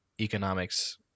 economics